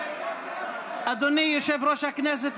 אדוני יושב-ראש הכנסת,